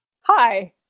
Hi